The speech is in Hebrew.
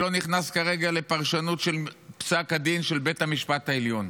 ואני לא נכנס כרגע לפרשנות של פסק הדין של בית המשפט העליון.